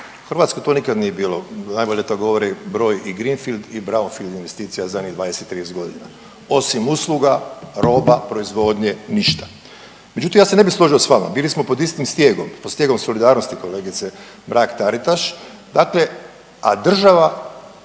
Hrvatskoj to nikad nije bilo, najbolje to govori broj greenfield i brownfield investicija u zadnjih 20, 30 godina. Osim usluga, roba, proizvodnje ništa. Međutim, ja se ne bih složio sa vama, bili smo pod istim stijegom, pod stijegom solidarnosti kolegice Mrak-Taritaš, dakle a država